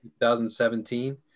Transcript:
2017